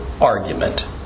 argument